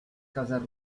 casas